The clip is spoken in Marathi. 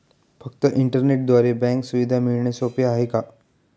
फक्त इंटरनेटद्वारे बँक सुविधा मिळणे सोपे आहे का?